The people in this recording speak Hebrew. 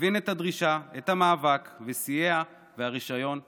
הבין את הדרישה, את המאבק, וסייע והרישיון התקבל.